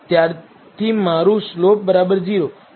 ત્યારથી મારું સ્લોપ 0